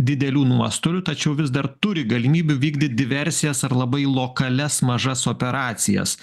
didelių nuostolių tačiau vis dar turi galimybių vykdyt diversijas ar labai lokalias mažas operacijas